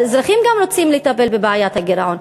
האזרחים גם רוצים לטפל בבעיית הגירעון.